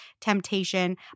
temptation